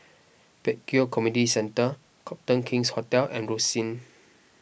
Pek Kio Community Centre Copthorne King's Hotel and Rosyth